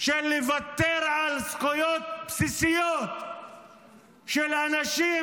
של לוותר על זכויות בסיסיות של אנשים